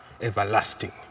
everlasting